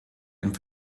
dem